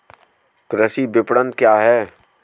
कृषि विपणन क्या है?